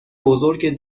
بزرگ